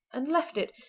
and left it,